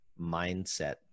mindset